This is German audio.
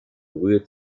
brühe